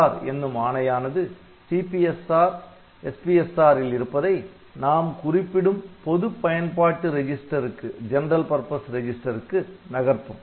MSR என்னும் ஆணையானது CPSRSPSR ல் இருப்பதை நாம் குறிப்பிடும் பொது பயன்பாட்டு ரெஜிஸ்டர்க்கு நகர்த்தும்